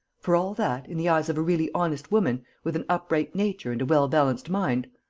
for all that, in the eyes of a really honest woman, with an upright nature and a well-balanced mind,